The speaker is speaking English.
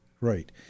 right